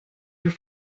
your